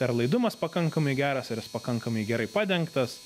ar laidumas pakankamai geras ar jis pakankamai gerai padengtas